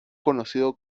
conocido